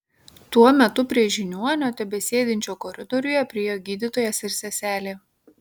tuo metu prie žiniuonio tebesėdinčio koridoriuje priėjo gydytojas ir seselė